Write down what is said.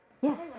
Yes